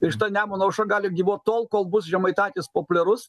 ir šita nemuno aušra gali gyvuot tol kol bus žemaitaitis populiarus